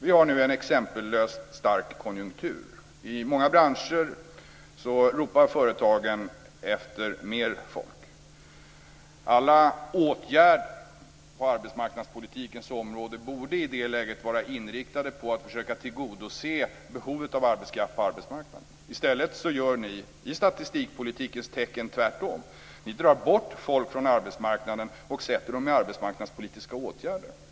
Vi har nu en exempellös stark konjunktur. I många branscher ropar företagen efter mer folk. Alla åtgärder på arbetsmarknadspolitikens område borde i det läget vara inriktade på att försöka tillgodose behovet av arbetskraft på arbetsmarknaden. I stället gör ni i statistikpolitikens tecken tvärtom. Ni drar bort människor från arbetsmarknaden och sätter dem i arbetsmarknadspolitiska åtgärder.